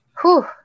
whew